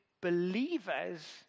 believers